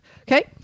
Okay